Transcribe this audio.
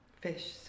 fish